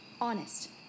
Honest